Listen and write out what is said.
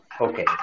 Okay